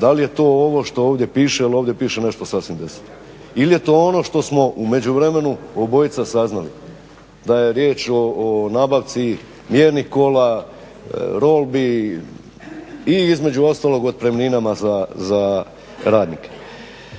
Da li je to ovo što ovdje piše ili ovdje piše nešto sasvim deseto? Ili je to ono što smo u međuvremenu obojica saznali da je riječ o nabavci mjernih kola, robi i između ostalog otpremninama za radnike.